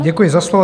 Děkuji za slovo.